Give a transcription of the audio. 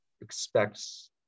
expects